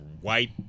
white